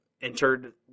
entered